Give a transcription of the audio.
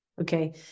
Okay